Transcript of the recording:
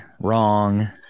Wrong